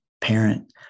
parent